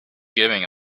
giving